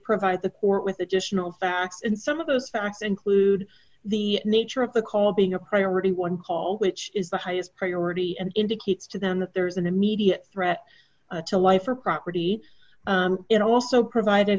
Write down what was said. provide the court with additional facts and some of those facts include the nature of the call being a priority one call which is the highest priority and indicates to them that there was an immediate threat to life or property it also provided a